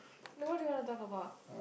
then what do you want to talk about